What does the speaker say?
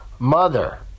Mother